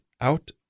Out